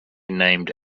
named